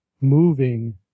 moving